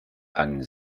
and